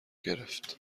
گرفت